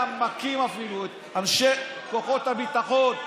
מכים אפילו את אנשי כוחות הביטחון.